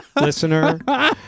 listener